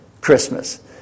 Christmas